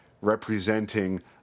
representing